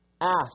ask